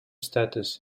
status